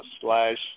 slash